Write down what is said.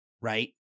right